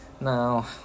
Now